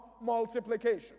multiplication